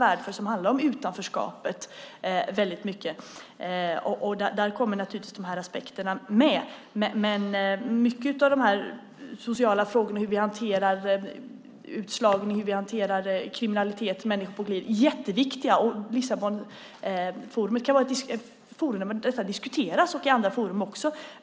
Där kommer dessa aspekter naturligtvis med. Mycket av de sociala frågorna, hur vi hanterar utslagning, kriminalitet, människor på glid, är jätteviktiga, och dessa kan diskuteras i Lissabonforumet liksom i andra forum.